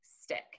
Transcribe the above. stick